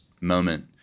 moment